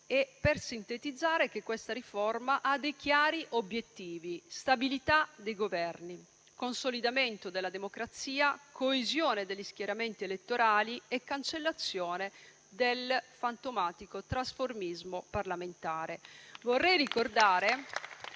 e per sintetizzare che questa riforma ha dei chiari obiettivi: stabilità dei Governi, consolidamento della democrazia, coesione degli schieramenti elettorali e cancellazione del fantomatico trasformismo parlamentare.